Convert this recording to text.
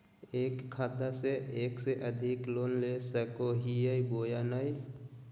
एक खाता से एक से अधिक लोन ले सको हियय बोया नय?